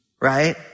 right